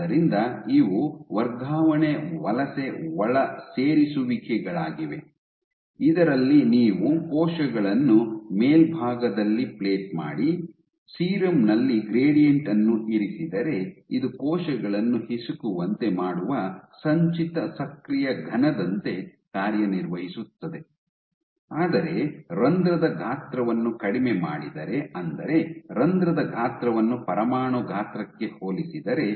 ಆದ್ದರಿಂದ ಇವು ವರ್ಗಾವಣೆ ವಲಸೆ ಒಳಸೇರಿಸುವಿಕೆಗಳಾಗಿವೆ ಇದರಲ್ಲಿ ನೀವು ಕೋಶಗಳನ್ನು ಮೇಲ್ಭಾಗದಲ್ಲಿ ಪ್ಲೇಟ್ ಮಾಡಿ ಸೀರಮ್ ನಲ್ಲಿ ಗ್ರೇಡಿಯಂಟ್ ಅನ್ನು ಇರಿಸಿದರೆ ಇದು ಕೋಶಗಳನ್ನು ಹಿಸುಕುವಂತೆ ಮಾಡುವ ಸಂಚಿತ ಸಕ್ರಿಯ ಘನದಂತೆ ಕಾರ್ಯನಿರ್ವಹಿಸುತ್ತದೆ ಆದರೆ ರಂಧ್ರದ ಗಾತ್ರವನ್ನು ಕಡಿಮೆ ಮಾಡಿದರೆ ಅಂದರೆ ರಂಧ್ರದ ಗಾತ್ರವನ್ನು ಪರಮಾಣು ಗಾತ್ರಕ್ಕೆ ಹೋಲಿಸಿದರೆ